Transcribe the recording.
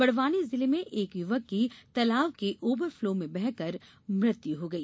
बड़वानी जिले में एक युवक की तालाब के ओवरफ्लो में बहकर मृत्यु हो गई